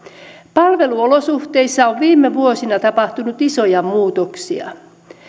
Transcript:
palveluolosuhteissa on viime vuosina tapahtunut isoja muutoksia